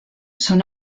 son